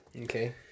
Okay